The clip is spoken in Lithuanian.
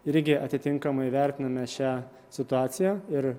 irgi atitinkamai vertiname šią situaciją ir